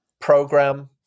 Program